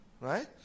right